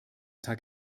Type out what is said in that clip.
tag